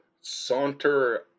saunter